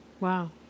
Wow